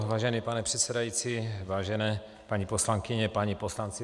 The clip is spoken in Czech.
Vážený pane předsedající, vážené paní poslankyně, páni poslanci.